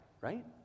right